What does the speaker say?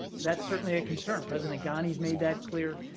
that's certainly a concern. president ghani has made that clear.